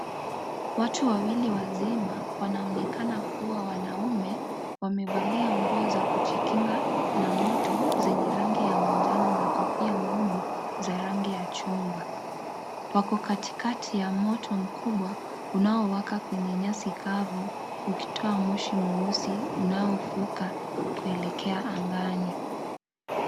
Watu wawili wazima wanaonekana kuwa wanaume, wamevalia nguo za kujikinga na moto zenye rangi ya manjano na kofia ngumu za rangi ya chungwa. Wako katikati ya moto mkubwa unao waka kwenye nyasi kavu ukitoka Moshi mweusi unaoFuka kuelekea angani.